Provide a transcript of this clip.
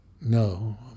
no